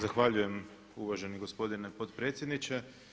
Zahvaljujem uvaženi gospodine potpredsjedniče.